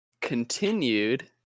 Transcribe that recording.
continued